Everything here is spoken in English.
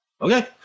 Okay